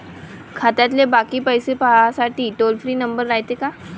खात्यातले बाकी पैसे पाहासाठी टोल फ्री नंबर रायते का?